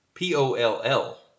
P-O-L-L